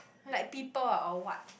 like people ah or what